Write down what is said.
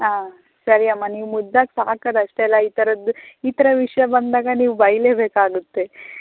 ಹಾಂ ಸರಿ ಅಮ್ಮ ನೀವು ಮುದ್ದಾಗಿ ಸಾಕೋದಷ್ಟೇ ಅಲ್ಲ ಈ ಥರದ್ದು ಈ ಥರ ವಿಷಯ ಬಂದಾಗ ನೀವು ಬೈಯ್ಯಲೇ ಬೇಕಾಗುತ್ತೆ